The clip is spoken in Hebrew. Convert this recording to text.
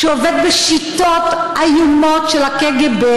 שעובד בשיטות איומות של הקג"ב,